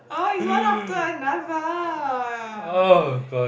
oh it's one after another yeah